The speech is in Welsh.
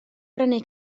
brynu